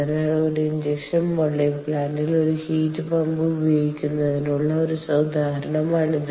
അതിനാൽ ഒരു injection moulding പ്ലാന്റിൽഒരു ഹീറ്റ് പമ്പ് ഉപയോഗിക്കുന്നതിനുള്ള ഒരു ഉദാഹരണമാണിത്